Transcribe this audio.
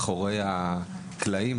מאחורי הקלעים.